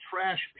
trash